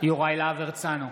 יוראי להב הרצנו,